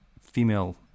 female